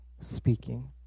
speaking